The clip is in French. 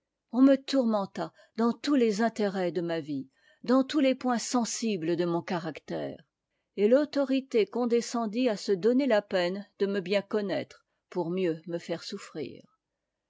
on me tourmenta dans tous les intérêts dé ma vie dans tous les points sensibles de mon caractère et l'autorité condescendit à se donner la peine de me bien connaître pour mieux me faire souffrir